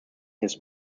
his